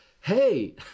Hey